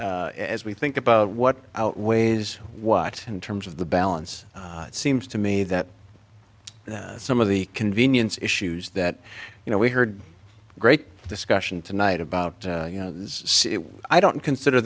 as we think about what outweighs what in terms of the balance it seems to me that some of the convenience issues that you know we heard great discussion tonight about you know i don't consider